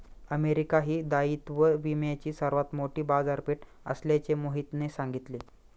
America ही दायित्व विम्याची सर्वात मोठी बाजारपेठ असल्याचे मोहितने सांगितले